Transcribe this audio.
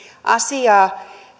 asiaa